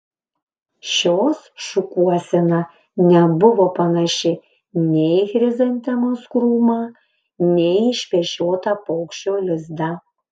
šios šukuosena nebuvo panaši nei į chrizantemos krūmą nei į išpešiotą paukščio lizdą